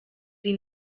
sie